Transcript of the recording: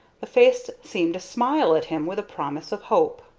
the face seemed to smile at him with a promise of hope.